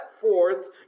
forth